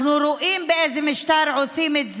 אנחנו רואים באיזה משטר עושים את זה.